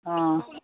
অঁ